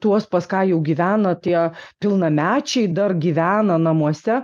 tuos pas ką jau gyveno tie pilnamečiai dar gyvena namuose